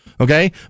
Okay